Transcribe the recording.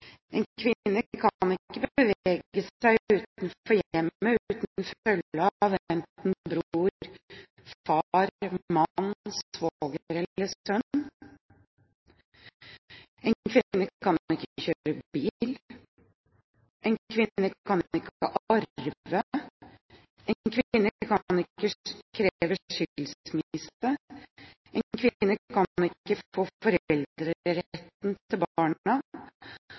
En kvinne kan ikke kjøre bil. En kvinne kan ikke arve. En kvinne kan ikke kreve skilsmisse. En kvinne kan ikke få foreldreretten til barna. En kvinne kan ikke omgås menn som ikke